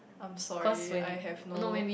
I'm sorry I have no